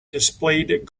displayed